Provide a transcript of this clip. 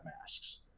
masks